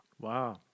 Wow